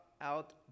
out